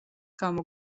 გამო